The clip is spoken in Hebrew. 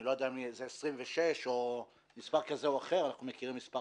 אני לא יודע אם זה 26 אנחנו מכירים מספר